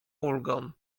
ulgą